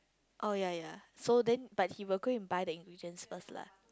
oh ya ya so then but he will go and buy the ingredients first lah